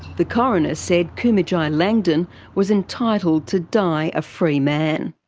the coroner said kumanjayi langdon was entitled to die a free man.